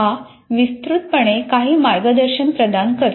हा विस्तृतपणे काही मार्गदर्शन प्रदान करतो